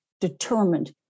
determined